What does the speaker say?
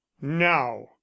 now